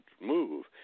move